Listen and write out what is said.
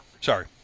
Sorry